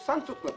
יש סנקציות כלפיו.